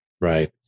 Right